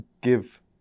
give